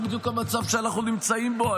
זה בדיוק המצב שאנחנו נמצאים בו.